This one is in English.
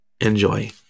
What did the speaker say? enjoy